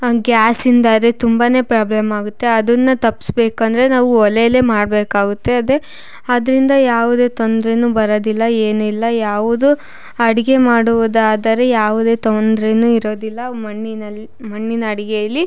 ಗ್ಯಾಸಿಂದಾದ್ರೆ ತುಂಬಾ ಪ್ರಾಬ್ಲಮ್ ಆಗುತ್ತೆ ಅದನ್ನ ತಪ್ಸ್ಬೇಕಂದ್ರೆ ನಾವು ಒಲೆಲೆ ಮಾಡಬೇಕಾಗುತ್ತೆ ಅದೇ ಅದರಿಂದ ಯಾವುದೇ ತೊಂದರೆನೂ ಬರೋದಿಲ್ಲ ಏನಿಲ್ಲ ಯಾವುದು ಅಡಿಗೆ ಮಾಡುವುದಾದರೆ ಯಾವುದೇ ತೊಂದರೆನೂ ಇರೋದಿಲ್ಲ ಮಣ್ಣಿನಲ್ಲಿ ಮಣ್ಣಿನ ಅಡಿಗೆಯಲ್ಲಿ